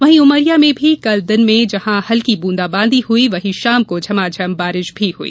वहीं उमरिया में भी कल दिन में जहां हल्की ब्रंदाबादी हुई वहीं शाम को झमाझम बारिश हुई